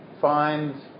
find